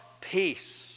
Peace